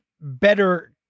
better